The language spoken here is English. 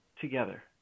together